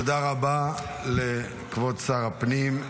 תודה רבה לכבוד שר הפנים.